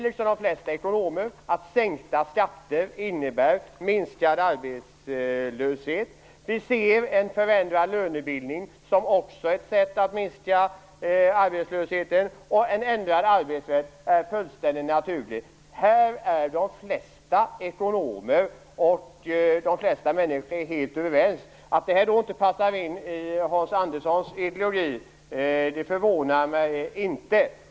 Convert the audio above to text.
Liksom de flesta ekonomer säger vi moderater att sänkta skatter innebär minskad arbetslöshet. Vi ser en förändrad lönebildning som ytterligare ett sätt att minska arbetslösheten, och en ändrad arbetsrätt som fullständigt naturlig. Här är de flesta ekonomer och de flesta människor helt överens. Detta passar inte in i Hans Anderssons ideologi, och det förvånar mig inte.